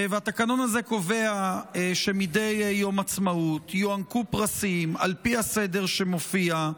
והתקנון הזה קובע שמדי יום עצמאות יוענקו פרסים על פי הסדר שמופיע.